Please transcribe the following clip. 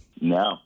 No